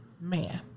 man